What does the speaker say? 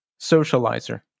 socializer